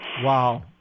Wow